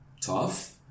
tough